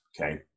okay